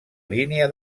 línia